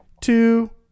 two